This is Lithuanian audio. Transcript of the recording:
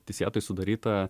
teisėtai sudaryta